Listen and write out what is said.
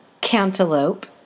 cantaloupe